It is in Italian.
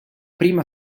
prima